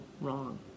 wrong